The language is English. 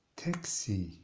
taxi